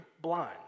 blind